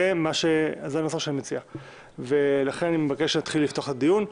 מבקש לפתוח את הדיון.